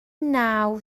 naw